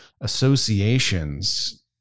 associations